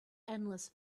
endless